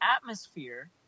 atmosphere